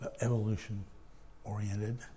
evolution-oriented